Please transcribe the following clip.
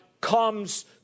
comes